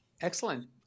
Excellent